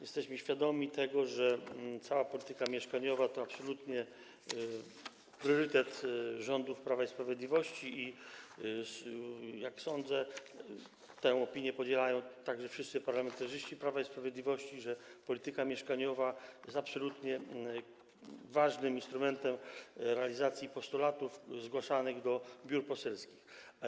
Jesteśmy świadomi tego, że cała polityka mieszkaniowa to absolutnie priorytet rządów Prawa i Sprawiedliwości, i jak sądzę, tę opinię podzielają także wszyscy parlamentarzyści Prawa i Sprawiedliwości, mianowicie że polityka mieszkaniowa jest absolutnie ważnym instrumentem realizacji postulatów zgłaszanych do biur poselskich.